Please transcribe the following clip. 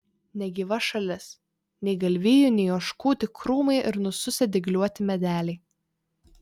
negyva šalis nei galvijų nei ožkų tik krūmai ir nususę dygliuoti medeliai